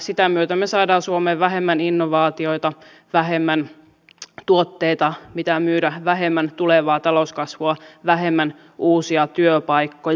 sitä myötä me saamme suomeen vähemmän innovaatioita vähemmän tuotteita mitä myydä vähemmän tulevaa talouskasvua vähemmän uusia työpaikkoja